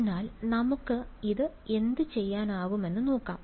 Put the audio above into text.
അതിനാൽ നമുക്ക് ഇത് എന്തുചെയ്യാനാകുമെന്ന് നോക്കാം